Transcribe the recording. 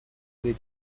پیر